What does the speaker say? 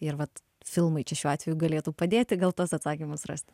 ir vat filmai čia šiuo atveju galėtų padėti gal tos atsakymus rast